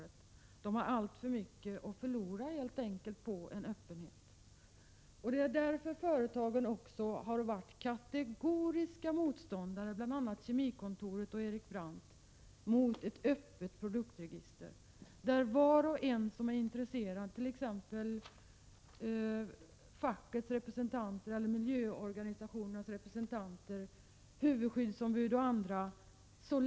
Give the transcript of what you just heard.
De har helt enkelt alltför mycket att förlora på öppenhet. Det är också därför företagen, bl.a. Kemikontoret och Erik Brandt, har varit kategoriska motståndare mot ett öppet produktregister där var och en som är intresserad, t.ex. fackets eller miljöorganisationernas representanter, huvudskyddsombud och andra, kan söka information.